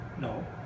No